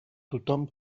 tothom